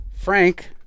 Frank